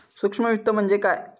सूक्ष्म वित्त म्हणजे काय?